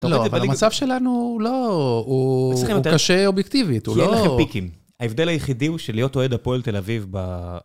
לא, אבל המצב שלנו לא... הוא קשה אובייקטיבית, הוא לא... כי אין לכם פיקים. ההבדל היחידי הוא שלהיות אוהד הפועל תל אביב ב...